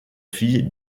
fille